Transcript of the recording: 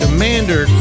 Commander